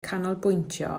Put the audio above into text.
canolbwyntio